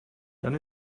dann